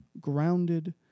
grounded